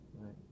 Right